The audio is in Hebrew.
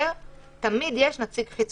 שתמיד יש נציג חיצוני.